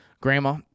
Grandma